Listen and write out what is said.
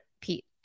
pete